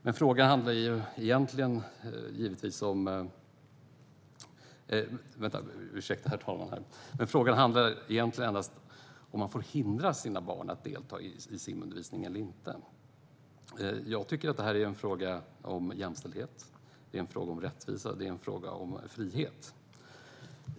Men frågan handlar egentligen om ifall man får hindra sina barn att delta i simundervisning eller inte. Jag tycker att det här är en fråga om jämställdhet, om rättvisa och om frihet.